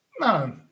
No